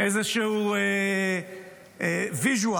איזשהו visual,